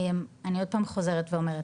אני עוד פעם חוזרת ואומרת,